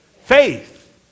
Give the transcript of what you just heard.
faith